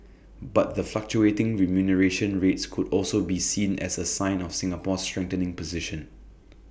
but the fluctuating remuneration rates could also be seen as A sign of Singapore's strengthening position